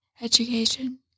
education